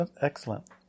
excellent